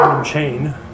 chain